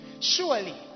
surely